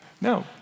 No